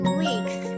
weeks